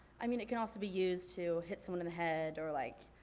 i mean it can also be used to hit someone in the head, or like,